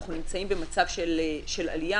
שאנחנו נמצאים במצב של עלייה.